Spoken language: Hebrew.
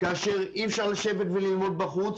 כאשר אי אפשר לשבת וללמוד בחוץ,